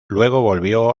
volvió